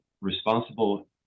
responsible